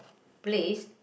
place